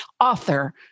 Author